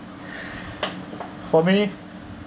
for me